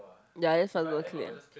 ya thats why no clear